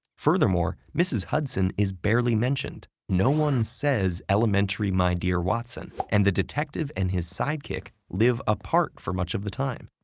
furthermore, mrs. hudson is barely mentioned, no one says, elementary, my dear watson, and the detective and sidekick live apart for much of the time.